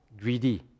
greedy